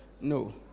No